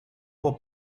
può